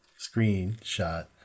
screenshot